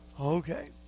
Okay